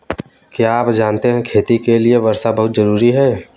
क्या आप जानते है खेती के लिर वर्षा बहुत ज़रूरी है?